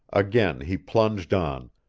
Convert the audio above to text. again he plunged on,